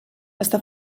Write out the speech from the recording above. està